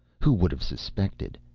who would have suspected!